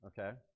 okay